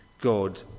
god